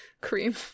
cream